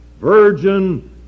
virgin